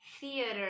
theater